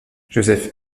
joseph